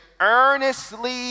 earnestly